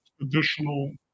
additional